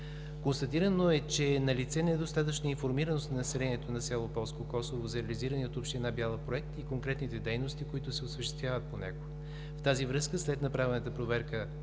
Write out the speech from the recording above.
Констатирано е, че е налице недостатъчна информираност на населението на село Полско Косово за реализирания от община Бяла проект и конкретните дейности, които се осъществяват по него. Във връзка с това след направената проверка